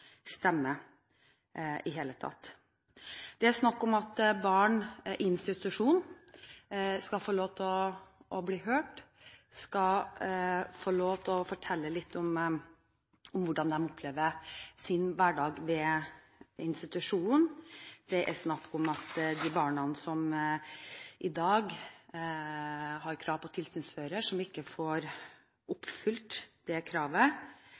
stemme i det hele tatt. Det er snakk om at barn i institusjon skal få lov til å bli hørt, og skal få lov til å fortelle litt om hvordan de opplever sin hverdag ved institusjonen. Det er snakk om at de barna som i dag har krav på tilsynsfører, som ikke får oppfylt det kravet,